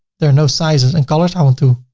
there are no sizes and colors i want to.